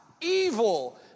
evil